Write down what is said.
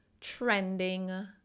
trending